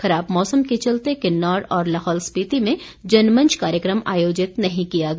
खराब मौसम के चलते किन्नौर और लाहौल स्पिति में जनमंच कार्यक्रम आयोजित नहीं किया गया